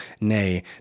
nay